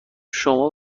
شما